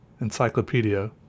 encyclopedia